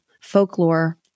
folklore